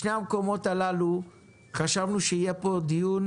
משני המקומות הללו חשבנו שיהיה פה דיון